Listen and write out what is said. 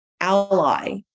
ally